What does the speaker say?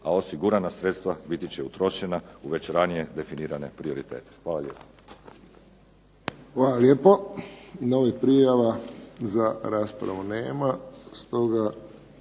a osigurana sredstva biti će utrošena u već ranije definirane prioritete. Hvala. **Friščić, Josip (HSS)** Hvala lijepo. Novih prijava za raspravu nema.